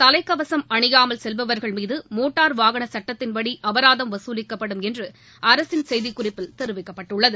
தலைக்கவசம் அணியாமல் செல்பவர்கள் மீது மோட்டார் வாகன சட்டத்தின் படி அபராதம் வசூலிக்கப்படும் என்று அரசின் செய்திக்குறிப்பில் தெரிவிக்கப்பட்டுள்ளது